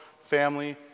family